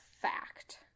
fact